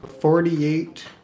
Forty-eight